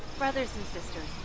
brothers and sisters,